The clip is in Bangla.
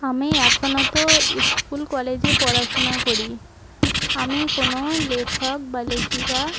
আমি এখনো তো স্কুল কলেজে পড়াশোনা করি আমি কোনো লেখক বা লেখিকা